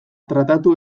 tratatu